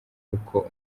uko